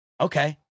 okay